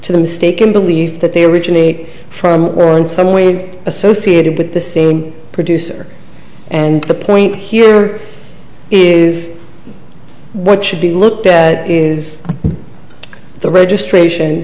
to the mistaken belief that they originate from or in some way associated with the same producer and the point here is what should be looked at is the registration